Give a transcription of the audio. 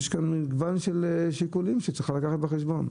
יש כאן מגוון של שיקולים שצריך לקחת בחשבון.